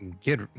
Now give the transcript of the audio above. Get